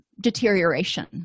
deterioration